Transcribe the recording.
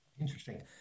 Interesting